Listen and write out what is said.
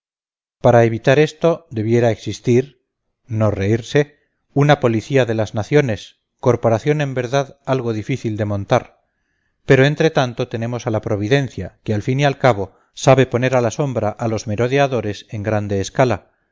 para evitar esto debiera existir no reírse una policía de las naciones corporación en verdad algo difícil de montar pero entre tanto tenemos a la providencia que al fin y al cabo sabe poner a la sombra a los merodeadores en grande escala